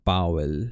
Powell